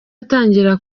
atangira